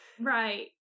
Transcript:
Right